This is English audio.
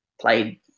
played